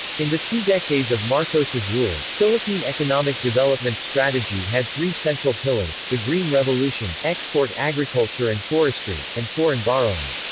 in the two decades of marcos's rule, philippine economic development strategy had three central pillars the green revolution, export agriculture and forestry, and foreign borrowing.